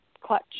clutch